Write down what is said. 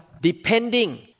depending